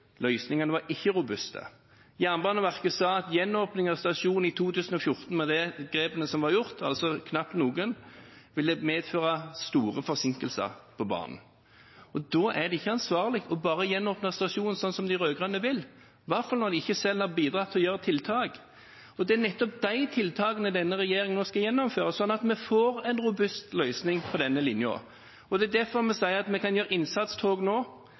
løsningene var ikke robuste. Jernbaneverket sa at gjenåpning av stasjonen i 2014 med de grepene som var gjort – altså knapt noen – ville medføre store forsinkelser på banen. Da er det ikke ansvarlig bare å gjenåpne stasjonen, slik som de rød-grønne vil, i hvert fall når de selv ikke har bidratt til å gjøre tiltak. Det er nettopp de tiltakene denne regjeringen nå skal gjennomføre, slik at vi får en robust løsning på denne linjen. Det er derfor vi sier at vi kan ha innsatstog nå